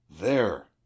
There